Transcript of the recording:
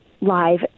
live